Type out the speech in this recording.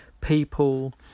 People